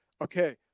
okay